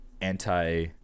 anti